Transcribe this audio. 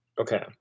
Okay